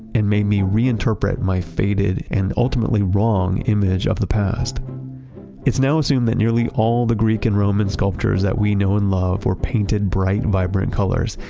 and made me reinterpret my faded and ultimately wrong image of the past it's now assumed that nearly all the greek and roman sculptures that we know and love were painted bright, vibrant colors.